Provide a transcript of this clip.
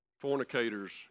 Fornicators